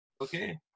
okay